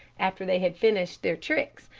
after they had finished their tricks,